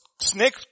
snake